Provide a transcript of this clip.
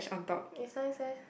it's nice eh